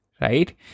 right